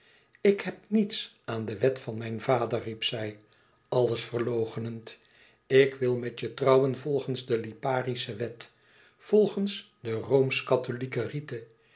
ik heb niets aan de wet van mijn vader riep zij alles verloochenend ik wil met je trouwen volgens de liparische wet volgens de roomsch-katholieke rite